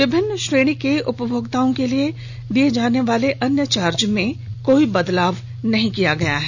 विभिन्न श्रेणी के उपभोक्ताओं से लिये जाने वाले अन्य चार्ज में कोई बदलाव नहीं किया गया है